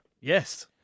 Yes